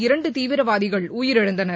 இரண்டு தீவிரவாதிகள் உயிரிழந்தனர்